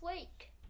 week